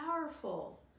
powerful